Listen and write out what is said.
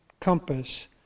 compass